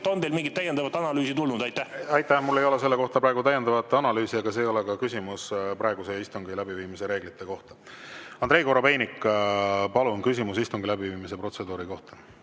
on teile mingit täiendavat analüüsi tulnud? Aitäh! Mul ei ole selle kohta praegu täiendavat analüüsi, aga see ei ole ka küsimus praeguse istungi läbiviimise reeglite kohta. Andrei Korobeinik, palun, küsimus istungi läbiviimise protseduuri kohta!